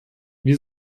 wir